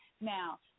Now